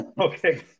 Okay